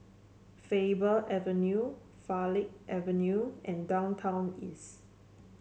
Faber Avenue Farleigh Avenue and Downtown East